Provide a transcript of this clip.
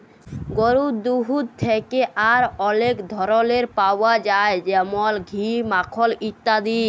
গরুর দুহুদ থ্যাকে আর অলেক ধরলের পাউয়া যায় যেমল ঘি, মাখল ইত্যাদি